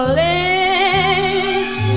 lips